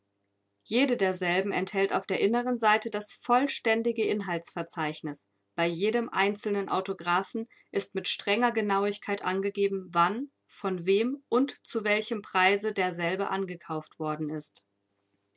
jede derselben enthält auf der inneren seite das vollständige inhaltsverzeichnis bei jedem einzelnen autographen ist mit strenger genauigkeit angegeben wann von wem und zu welchem preise derselbe angekauft worden ist